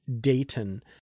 Dayton